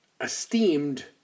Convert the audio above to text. esteemed